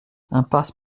impasse